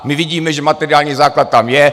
My vidíme, že materiální základ tam je.